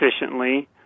efficiently